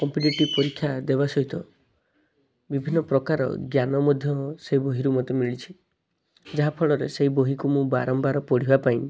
competitive ପରୀକ୍ଷା ଦେବା ସହିତ ବିଭିନ୍ନ ପ୍ରକାର ଜ୍ଞାନ ମଧ୍ୟ ସେ ବହିରୁ ମତେ ମିଳିଛି ଯାହାଫଳରେ ସେ ବହିକୁ ମୁଁ ବାରମ୍ବାର ପଢ଼ିବା ପାଇଁ